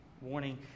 warning